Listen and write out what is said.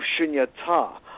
shunyata